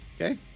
Okay